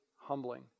humbling